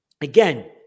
again